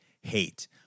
hate